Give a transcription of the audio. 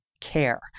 care